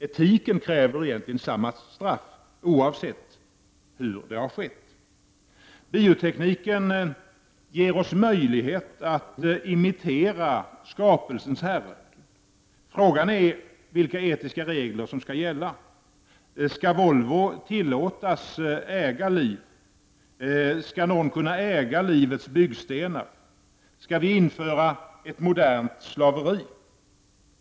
Etiken kräver egentligen samma straff för sådana mord. Biotekniken ger oss möjlighet att imitera skapelsens herre. Frågan är vilka etiska regler som skall gälla. Skall Volvo tillåtas äga liv? Skall någon kunna äga livets byggstenar? Skall vi införa ett modernt slaveri?